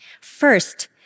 First